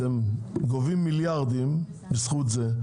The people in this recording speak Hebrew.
אתם גובים מיליארדים מפלח שוק זה,